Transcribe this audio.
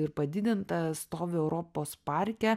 ir padidinta stovi europos parke